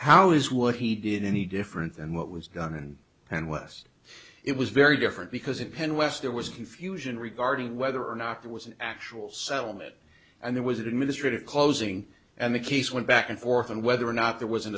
how is what he did any different than what was done and and wes it was very different because in penn west there was confusion regarding whether or not there was an actual settlement and there was administrative closing and the case went back and forth and whether or not there was an